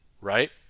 right